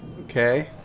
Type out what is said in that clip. Okay